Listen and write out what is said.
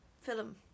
film